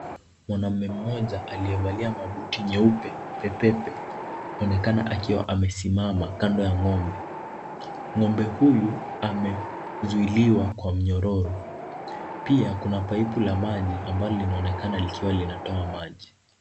Mwanaume mmoja aliyevalia mabuti nyeupe pe pe pe anaonekana akiwa amesimama kando ya ngo'mbe. Ngo'mbe huyu amezuiliwa kwa mnyororo pia kuna paipu la maji ambalo linaonekana likiwa linatoa maji.